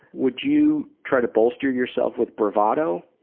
would you try to bolster yourself with bravado?